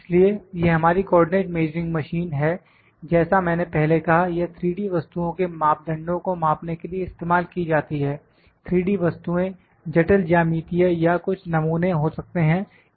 इसलिए यह हमारी कॉर्डिनेट मेजरिंग मशीन है जैसा मैंने पहले कहा यह 3D वस्तुओं के मापदंडों को मापने के लिए इस्तेमाल की जाती है 3D वस्तुएं जटिल ज्यामितीय या कुछ नमूने हो सकता है